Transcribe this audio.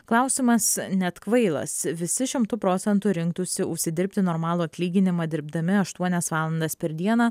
klausimas net kvailas visi šimtu procentų rinktųsi užsidirbti normalų atlyginimą dirbdami aštuonias valandas per dieną